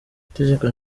itegeko